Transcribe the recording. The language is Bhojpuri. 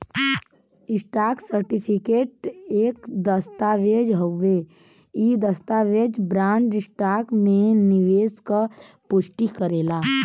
स्टॉक सर्टिफिकेट एक दस्तावेज़ हउवे इ दस्तावेज बॉन्ड, स्टॉक में निवेश क पुष्टि करेला